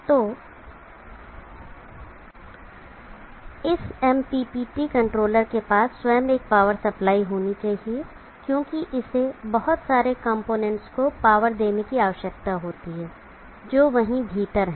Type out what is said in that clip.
तो इस MPPT controller के पास स्वयं एक पावर सप्लाई होनी चाहिए क्योंकि इसे बहुत सारे कॉम्पोनेंट्स को पावर देने की आवश्यकता होती है जो वहीं भीतर हैं